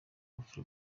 bafashe